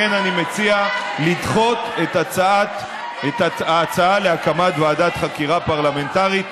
לכן אני מציע לדחות את ההצעה להקמת ועדת חקירה פרלמנטרית.